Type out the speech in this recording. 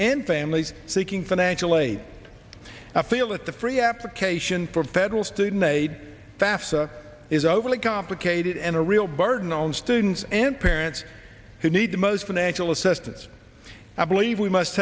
and families seeking financial aid i feel that the free application for federal student aid fafsa is overly complicated and a real burden on students and parents who need the most financial assistance i believe we must